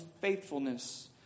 faithfulness